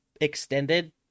extended